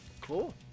Cool